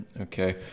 okay